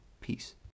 Peace